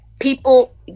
people